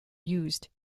used